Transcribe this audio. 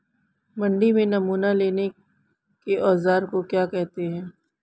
मंडी में नमूना लेने के औज़ार को क्या कहते हैं?